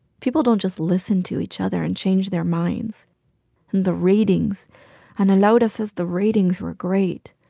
people don't just listen to each other and change their minds. and the ratings ana laura says the ratings were great,